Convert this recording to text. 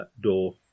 door